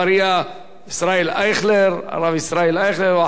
ישראל אייכלר, הרב ישראל אייכלר, ואחריו,